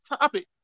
topic